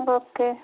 okay